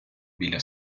біля